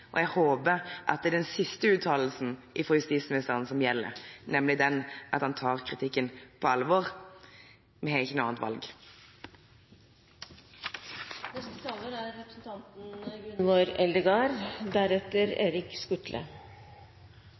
og jeg håper at det er den siste uttalelsen fra justisministeren som gjelder, nemlig den med at han tar kritikken på alvor. Vi har ikke noe annet valg. Det er